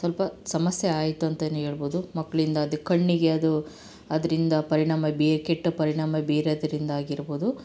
ಸ್ವಲ್ಪ ಸಮಸ್ಯೆ ಆಯಿತು ಅಂತನೇ ಹೇಳ್ಬೋದು ಮಕ್ಕಳಿಂದ ಅದು ಕಣ್ಣಿಗೆ ಅದು ಅದರಿಂದ ಪರಿಣಾಮ ಬೀಯೆ ಕೆಟ್ಟ ಪರಿಣಾಮ ಬೀರದ್ರಿಂದ ಆಗಿರ್ಬೋದು